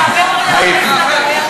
הייתי.